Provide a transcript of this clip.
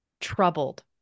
troubled